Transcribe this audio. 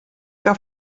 que